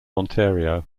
ontario